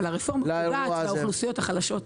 אבל הרפורמה פוגעת באוכלוסיות החלשות.